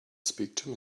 speak